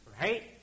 right